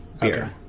beer